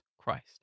Christ